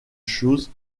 chose